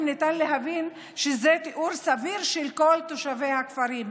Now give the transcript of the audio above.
ניתן להבין שזה תיאור סביר של כל תושבי הכפרים,